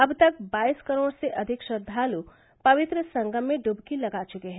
अब तक बाईस करोड़ से अधिक श्रद्वालु पवित्र संगम में डुबकी लगा चुके हैं